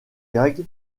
gags